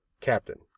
Captain